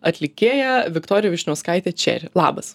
atlikėja viktorija vyšniauskaitė čeri labas